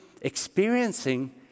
experiencing